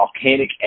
volcanic